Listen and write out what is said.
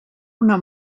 una